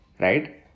Right